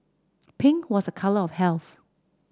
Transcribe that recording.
pink was a colour of health